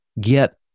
Get